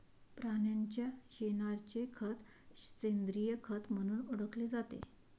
प्राण्यांच्या शेणाचे खत सेंद्रिय खत म्हणून ओळखले जाते